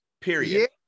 Period